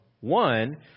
One